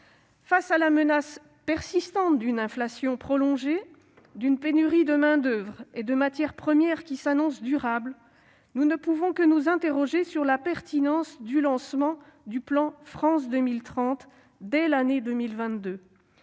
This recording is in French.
Face à la menace persistante d'une inflation prolongée, face à une pénurie de main-d'oeuvre et de matières premières qui s'annonce durable, nous ne pouvons que nous interroger sur la pertinence du lancement du plan France 2030 dès l'année 2022.